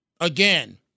Again